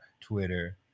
Twitter